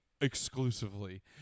exclusively